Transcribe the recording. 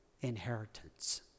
inheritance